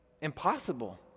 impossible